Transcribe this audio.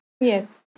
Yes